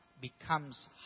becomes